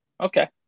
Okay